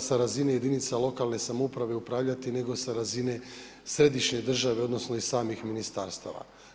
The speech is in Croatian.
sa razine jedinica lokalne samouprave upravljati nego sa razine središnje države odnosno iz samih ministarstava.